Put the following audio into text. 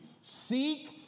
Seek